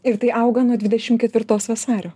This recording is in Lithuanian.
ir tai auga nuo dvidešim ketvirtos vasario